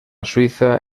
suiza